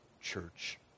church